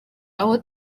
aho